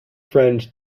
friend